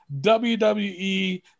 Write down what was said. WWE